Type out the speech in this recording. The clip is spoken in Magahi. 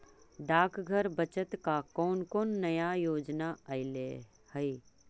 डाकघर बचत का कौन कौन नया योजना अइले हई